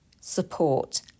support